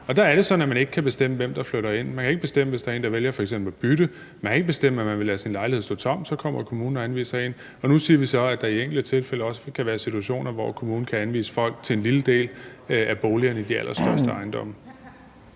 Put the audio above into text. at man ikke kan bestemme, hvem der flytter ind. Man kan ikke bestemme det, i forhold til hvis der er en, der vælger f.eks. at bytte. Man kan ikke bestemme, om man vil lade sin lejlighed stå tom, for så kommer kommunen og anviser en lejer. Og nu siger vi så, at der i enkelte tilfælde også kan være situationer, hvor kommunen kan anvise folk til en lille del af boligerne i de allerstørste ejendomme.